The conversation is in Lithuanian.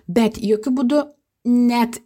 bet jokiu būdu net